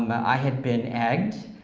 i had been egged,